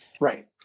Right